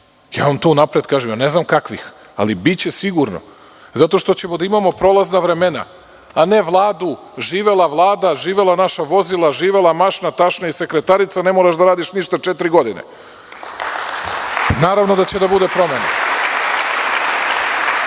Ja vam to unapred kažem. Ne znam kakvih, ali biće sigurno. Zato što ćemo da imamo prolazna vremena, a ne Vladu – živela Vlada, živela naša vozila, živela mašna, tašna i sekretarica, ne moraš da radiš ništa četiri godine. Naravno da će da bude promene. Da